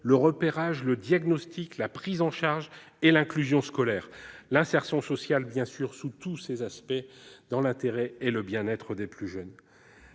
le repérage, le diagnostic, la prise en charge, l'inclusion scolaire et l'insertion sociale sous tous leurs aspects, et ce dans l'intérêt et le bien-être des plus jeunes.